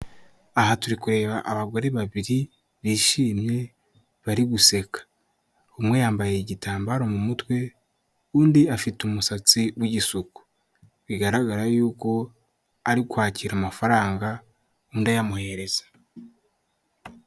Aha turi kureba abagore babiri, bishimye, bari guseka. Umwe yambaye igitambaro mu mutwe, undi afite umusatsi w'igisuko. Bigaragara yuko ari kwakira amafaranga, undi ayamuhereza.